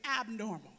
abnormal